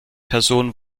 personen